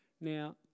Now